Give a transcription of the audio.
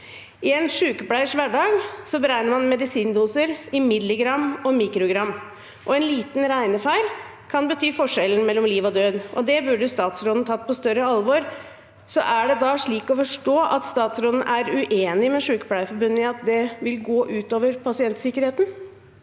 I en sykepleiers hverdag beregner man medisindoser i milligram og mikrogram, og en liten regnefeil kan bety forskjellen mellom liv og død. Det burde statsråden ta på større alvor. Er det slik å forstå at statsråden er uenig med Sykepleierforbundet i at det vil gå ut over pasientsikkerheten?